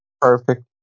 Perfect